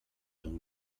donc